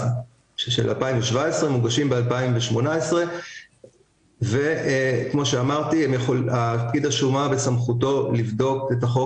של 2017 מוגשים בשנת 2018 ובסמכותו של פקיד השומה לבדוק את החוק